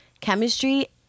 chemistry